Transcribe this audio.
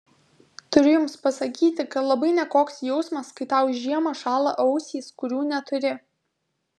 turiu jums pasakyti kad labai nekoks jausmas kai tau žiemą šąla ausys kurių neturi